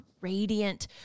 radiant